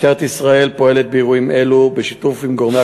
משטרת ישראל פועלת באירועים אלו בשיתוף עם גורמי